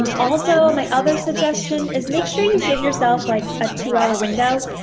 um also my other suggestion is make sure you give yourself like a two hour window,